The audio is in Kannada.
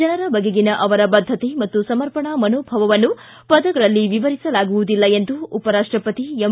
ಜನರ ಬಗೆಗಿನ ಅವರ ಬದ್ಧತೆ ಮತ್ತು ಸಮರ್ಪಣಾ ಮನೋಭಾವವನ್ನು ಪದಗಳಲ್ಲಿ ವಿವರಿಸಲಾಗುವುದಿಲ್ಲ ಎಂದು ಉಪರಾಷ್ಟಪತಿ ಎಂ